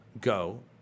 go